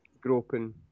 groping